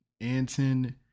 Anton